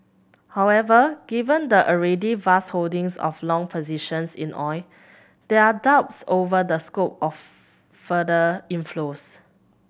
however given the already vast holdings of long positions in oil there are doubts over the scope of further inflows